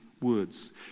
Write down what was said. words